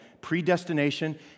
predestination